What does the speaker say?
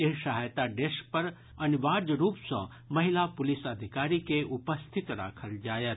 एहि सहायता डेस्क पर अनिवार्य रूप सँ महिला पुलिस अधिकारी के उपस्थित राखल जायत